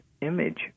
image